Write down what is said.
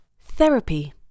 Therapy